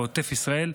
בעוטף ישראל,